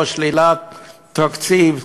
או שלילת תקציב,